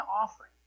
offering